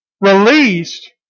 released